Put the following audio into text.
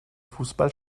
fußball